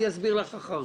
אני אסביר לך אחר